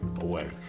away